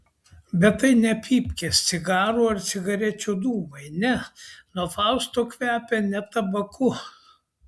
bet tai ne pypkės cigarų ar cigarečių dūmai ne nuo fausto kvepia ne tabaku